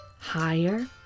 Higher